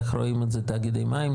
איך רואים את זה תאגידי המים,